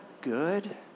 good